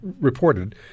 reported